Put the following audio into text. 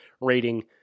rating